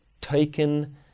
taken